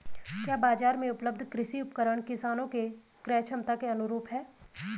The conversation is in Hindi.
क्या बाजार में उपलब्ध कृषि उपकरण किसानों के क्रयक्षमता के अनुरूप हैं?